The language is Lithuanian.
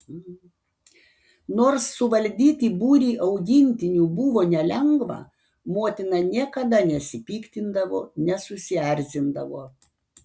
nors suvaldyti būrį augintinių buvo nelengva motina niekada nesipiktindavo nesusierzindavo